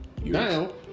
now